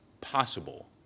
possible